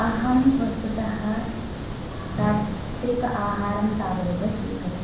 अहं वस्तुतः सात्विक आहारं तावदेव स्वीकरोमि